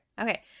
Okay